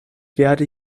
werde